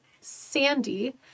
Sandy